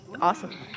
Awesome